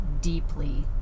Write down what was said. deeply